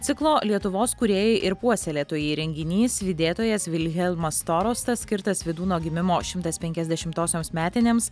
ciklo lietuvos kūrėjai ir puoselėtojai renginys lydėtojas vilhelmas storostas skirtas vydūno gimimo šimtas penkiasdešimtosioms metinėms